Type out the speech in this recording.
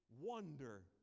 wonder